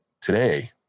today